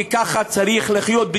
כי ככה צריך לחיות,